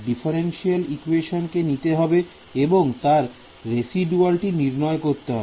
differential equation কে নিতে হবে এবং তার রেসিদুয়ালটি নির্ণয় করতে হবে